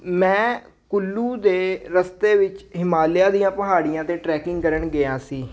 ਮੈਂ ਕੁੱਲੂ ਦੇ ਰਸਤੇ ਵਿੱਚ ਹਿਮਾਲਿਆ ਦੀਆਂ ਪਹਾੜੀਆਂ 'ਤੇ ਟਰੈਕਿੰਗ ਕਰਨ ਗਿਆ ਸੀ